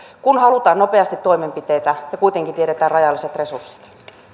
kun halutaan nopeasti toimenpiteitä ja kuitenkin tiedetään rajalliset resurssit